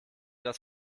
das